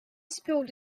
spilled